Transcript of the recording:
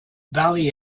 valley